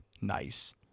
Nice